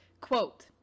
Quote